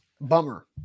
bummer